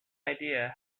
idea